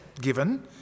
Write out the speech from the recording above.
given